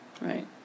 Right